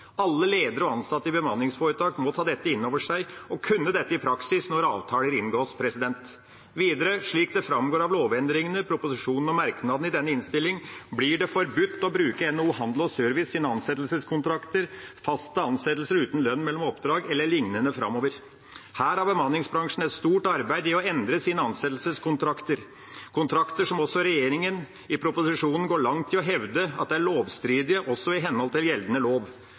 Alle ledere og ansatte i bemanningsforetak må ta dette inn over seg og kunne dette i praksis når avtaler inngås. Videre, slik det framgår av lovendringene i proposisjonen og merknadene i denne innstillinga, blir det forbudt å bruke NHO Handel og Services ansettelseskontrakter om fast ansettelse uten lønn mellom oppdrag e.l. framover. Her har bemanningsbransjen et stort arbeid med å endre sine ansettelseskontrakter – kontrakter som også regjeringa i proposisjonen går langt i å hevde er lovstridige også i henhold til gjeldende lov.